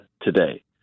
today